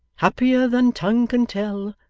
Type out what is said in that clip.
happier than tongue can tell,